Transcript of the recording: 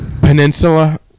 Peninsula